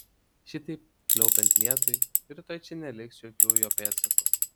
šitaip pliaupiant lietui rytoj čia neliks jokių jo pėdsakų